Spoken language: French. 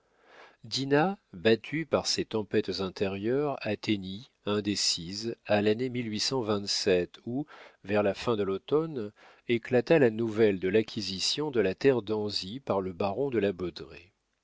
dinah battue par ces tempêtes intérieures atteignit indécise à lannée où vers la fin de l'automne éclata la nouvelle de l'acquisition de la terre d'anzy par le baron de la